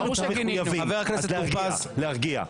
להרגיע.